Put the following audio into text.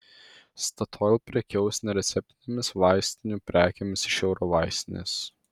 statoil prekiaus nereceptinėmis vaistinių prekėmis iš eurovaistinės